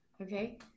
Okay